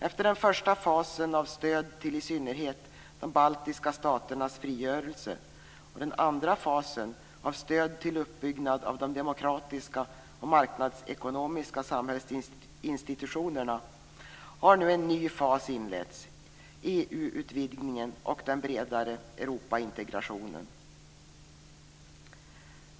Efter den första fasen av stöd i synnerhet till de baltiska staternas frigörelse och den andra fasen av stöd till uppbyggnad av de demokratiska och marknadsekonomiska samhällsinstitutionerna har nu en ny fas inletts - EU-utvidgningen och den bredare Europaintegrationen.